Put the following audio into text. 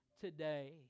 Today